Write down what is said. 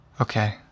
Okay